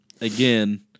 again